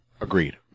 Agreed